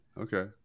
okay